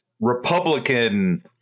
Republican